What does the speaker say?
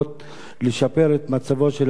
לשפר את מצבו של האדם העובד,